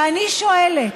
ואני שואלת,